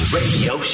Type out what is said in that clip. radio